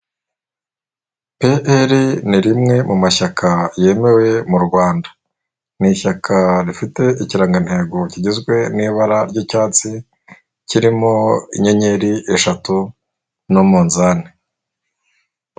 PL ni rimwe mu mashyaka yemewe mu Rwanda, ni ishyaka rifite ikirangantego kigizwe n'ibara ry'icyatsi kirimo inyenyeri eshatu n'umunzani.